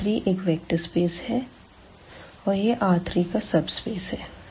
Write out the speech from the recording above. R3 एक vector space है और यह R3का सबस्पेस है